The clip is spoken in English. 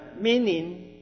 meaning